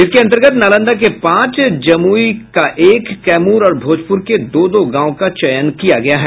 इसके अंतर्गत नालंदा के पांच जमुई के एक कैमूर और भोजपुर के दो दो गांव का चयन किया गया है